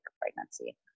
pregnancy